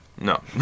No